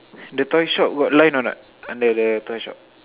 the toy shop got line or not under the toy shop